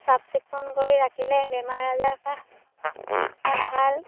চাফ চিকুণ কৰি ৰাখিলে বেমাৰ আজাৰ পৰা ভাল